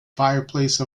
fireplace